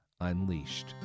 Unleashed